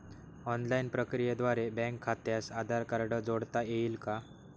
Online प्रक्रियेद्वारे bank खात्यास Aadhaar card जोडता येईल का?